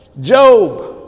Job